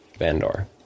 bandor